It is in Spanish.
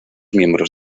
miembros